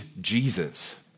Jesus